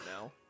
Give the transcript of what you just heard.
now